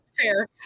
fair